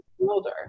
older